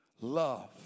love